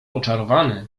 oczarowany